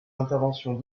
interventions